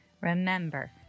remember